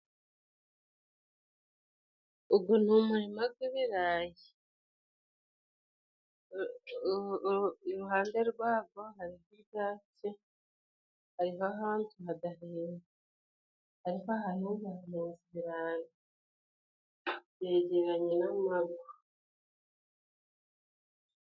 Ugu ni umurima gw'ibirayi. Iruhande rwago hariho ibyatsi, hariho ahantu hadahinze. Ariko Ahanze hahinze ibirayi. Hegeranye n'amago.